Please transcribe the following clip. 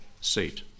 seat